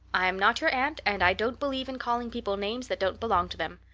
i'm not your aunt and i don't believe in calling people names that don't belong to them.